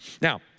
Now